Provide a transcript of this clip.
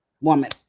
Woman